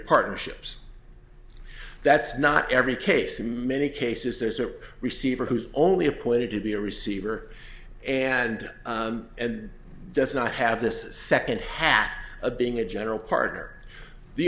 partnerships that's not every case in many cases there's a receiver who's only appointed to be a receiver and does not have this second half of being a general partner the